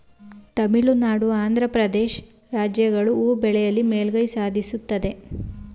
ತಮಿಳುನಾಡು, ಆಂಧ್ರ ಪ್ರದೇಶ್ ರಾಜ್ಯಗಳು ಹೂ ಬೆಳೆಯಲಿ ಮೇಲುಗೈ ಸಾಧಿಸುತ್ತದೆ